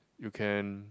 you can